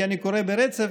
כי אני קורא ברצף,